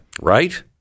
right